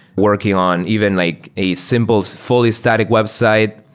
working on even like a simple fully static website.